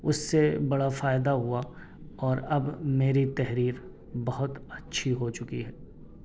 اس سے بڑا فائدہ ہوا اور اب میری تحریر بہت اچھی ہو چکی ہے